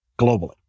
globally